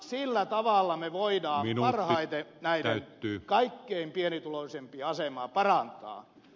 sillä tavalla me voimme parhaiten näiden kaikkein pienituloisimpien asemaa parantaa